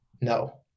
no